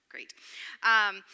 great